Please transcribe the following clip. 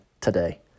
today